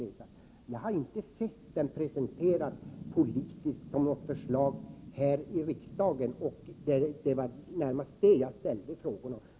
Jag har inte sett den presenterad politiskt som något förslag här i riksdagen, och det var närmast det jag ställde frågor om.